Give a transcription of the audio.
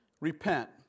Repent